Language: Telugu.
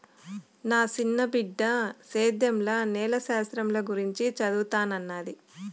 నా సిన్న బిడ్డ సేద్యంల నేల శాస్త్రంల గురించి చదవతన్నాది